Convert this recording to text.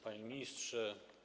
Panie Ministrze!